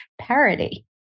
parody